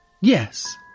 yes